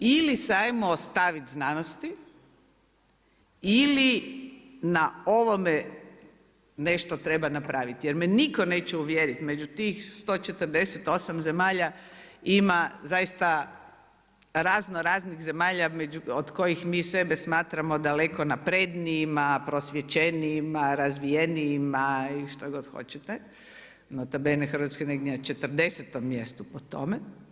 Ili ajmo se ostaviti znanosti ili na ovome nešto treba napraviti, jer me nitko neće uvjeriti među tih 148 zemalja ima zaista razno, raznih zemalja od kojih mi sebe smatramo daleko naprednijima, prosvjećenijima, razvijenijima i što god hoćete, nota bene, Hrvatske je negdje na 40. mjestu po tome.